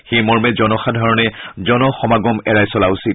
সেইমৰ্মে জনসাধাৰণে জনসমাগম এৰাই চলা উচিত